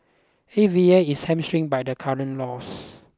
A V A is hamstrung by the current laws